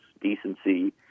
decency